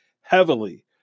heavily